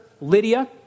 Lydia